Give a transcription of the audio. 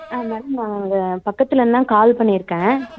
ஆ madam நான் இங்கே பக்கத்திலந்தான் கால் பண்ணியிருக்கேன்